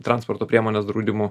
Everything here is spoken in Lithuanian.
transporto priemonės draudimu